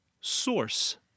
Source